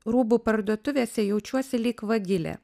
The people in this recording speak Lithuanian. rūbų parduotuvėse jaučiuosi lyg vagilė